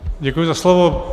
Děkuji za slovo.